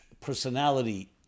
personality